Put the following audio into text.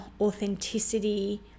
authenticity